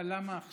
יפה, אני יודע.